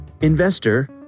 investor